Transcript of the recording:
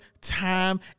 time